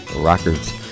Records